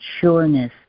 sureness